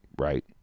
Right